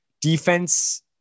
defense